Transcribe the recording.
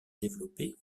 développés